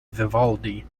vivaldi